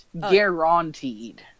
guaranteed